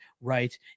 right